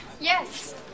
Yes